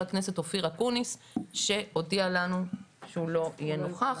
וח"כ אופיר אקוניס שהודיע לנו שהוא לא יהיה נוכח.